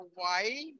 hawaii